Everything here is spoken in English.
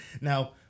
now